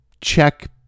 check